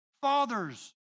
fathers